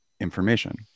information